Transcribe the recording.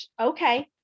okay